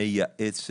מייעצת.